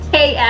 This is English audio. Hey